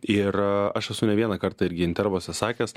ir aš esu ne vieną kartą irgi intervuose sakęs